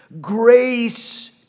grace